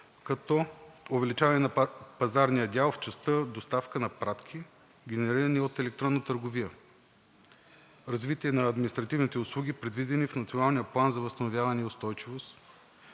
като: увеличаване на пазарния дял в частта доставка на пратки, генерирани от електронна търговия; развитие на административните услуги, предвидени в Националния план за възстановяване и устойчивост;